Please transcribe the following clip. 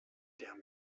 der